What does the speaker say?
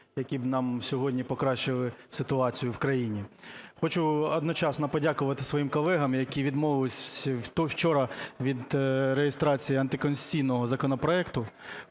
які б нам сьогодні покращили ситуацію в країні. Хочу одночасно подякувати своїм колегам, які відмовились учора від реєстрації антиконституційного законопроекту